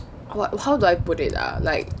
how do I put it ah like